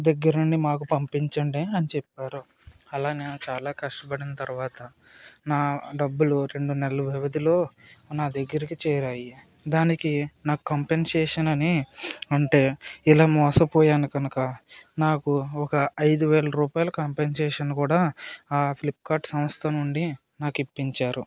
దగ్గరుండి మాకు పంపించండి అని చెప్పారు అలా నేను చాలా కష్టపడిన తర్వాత నా డబ్బులు రెండు నెల్ల వ్యవధిలో నా దగ్గరికి చేరాయి దానికి నాకు కంపన్సేషన్ అని అంటే ఇలా మోసపోయాను కనక నాకు ఒక ఐదు వేల రూపాయలు కంపెన్సేషన్ కూడా ఫ్లిప్కార్ట్ సంస్థ నుండి నాకిప్పించారు